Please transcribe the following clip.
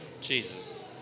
Jesus